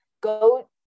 Go